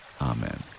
amen